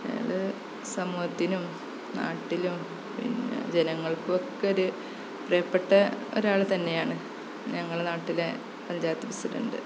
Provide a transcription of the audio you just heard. ഏത് സമൂഹത്തിനും നാട്ടിലും പിന്നെ ജനങ്ങള്ക്കും ഒക്കെ ഒരു പ്രിയപ്പെട്ട ഒരാൾ തന്നെയാണ് ഞങ്ങളുടെ നാട്ടിലെ പഞ്ചായത്ത് പ്രസിഡന്റ്